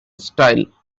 style